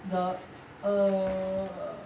the err